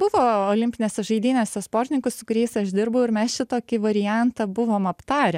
buvo olimpinėse žaidynėse sportininkų su kuriais aš dirbau ir mes šitokį variantą buvom aptarę